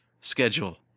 schedule